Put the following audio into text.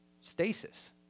stasis